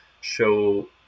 show